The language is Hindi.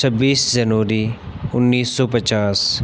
छब्बीस जनवरी उन्नीस सौ पचास